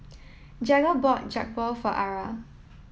Jagger bought Jokbal for Ara